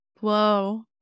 Whoa